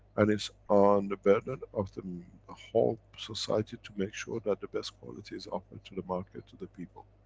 and it's on the burden of the, the ah whole society, to make sure that the best quality is offered to the market, to the people.